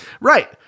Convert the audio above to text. Right